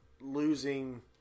losing